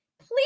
Please